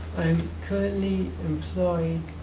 i am currently employed